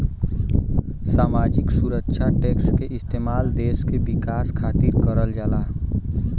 सामाजिक सुरक्षा टैक्स क इस्तेमाल देश के विकास खातिर करल जाला